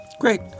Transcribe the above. Great